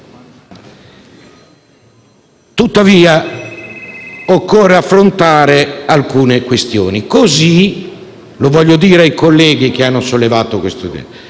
Tuttavia, occorre affrontare alcune questioni. Così, voglio dirlo ai colleghi che hanno sollevato questo tema.